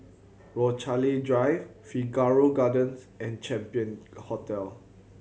Rochalie Drive Figaro Gardens and Champion Hotel